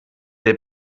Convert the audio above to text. der